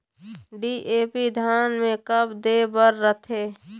DAP धान मे कब दे बर रथे?